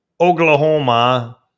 Oklahoma